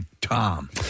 Tom